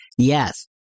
Yes